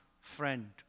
friend